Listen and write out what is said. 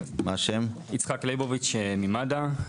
יצחק ליבוביץ' ממד"א.